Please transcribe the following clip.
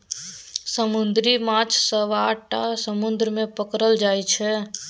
समुद्री माछ सबटा समुद्र मे पकरल जाइ छै